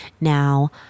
Now